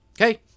Okay